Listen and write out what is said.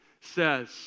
says